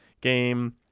game